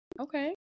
okay